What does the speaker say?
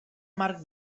marc